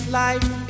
life